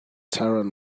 taran